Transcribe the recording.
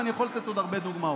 ואני יכול לתת עוד הרבה דוגמאות.